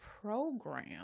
program